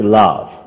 love